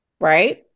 Right